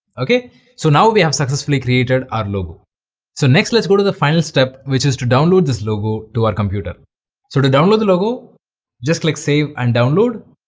okay so now we have successfully created our logo so next let's go to the final step which is to download this logo to our computer so to download the logo just click save and download